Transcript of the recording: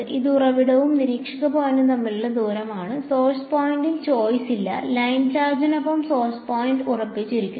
ഇത് ഉറവിടവും നിരീക്ഷക പോയിന്റും തമ്മിലുള്ള ദൂരമാണ് സോഴ്സ് പോയിന്റിൽ ചോയ്സ് ഇല്ല ലൈൻ ചാർജിനൊപ്പം സോഴ്സ് പോയിന്റ് ഉറപ്പിച്ചിരിക്കുന്നു